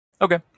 Okay